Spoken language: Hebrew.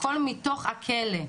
הכל מתוך הכלא.